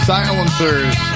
Silencers